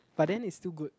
but then it's still good